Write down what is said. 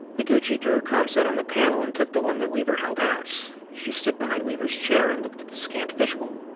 noguchi threw her comset on the panel and took the one that weaver held out. she stood behind weaver's chair and looked at the scant visual.